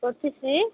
ରଖିଛି